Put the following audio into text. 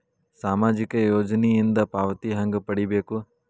ಸಾಮಾಜಿಕ ಯೋಜನಿಯಿಂದ ಪಾವತಿ ಹೆಂಗ್ ಪಡಿಬೇಕು?